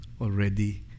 already